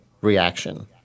reaction